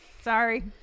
Sorry